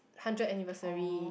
hundred anniversary